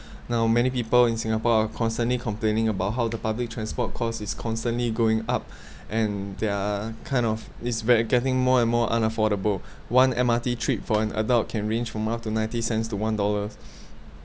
now many people in Singapore are constantly complaining about how the public transport cost is constantly going up and they're kind of is v~ getting more and more unaffordable one M_R_T trip for an adult can range from up to ninety cents to one dollar